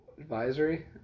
advisory